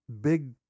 big